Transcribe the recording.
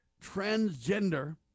transgender